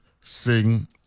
sing